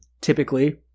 typically